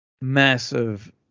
massive